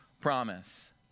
promise